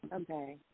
okay